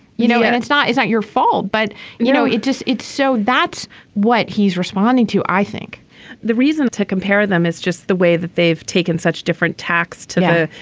you know and it's not it's not your fault but you know it just it's so that's what he's responding to i think the reason to compare them is just the way that they've taken such different tacks to the.